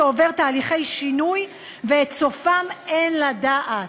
שעובר תהליכי שינוי ואת סופם אין לדעת.